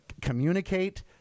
communicate